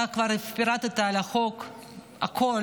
אתה כבר פירטת על החוק הכול,